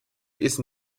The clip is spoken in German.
ist